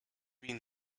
been